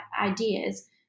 ideas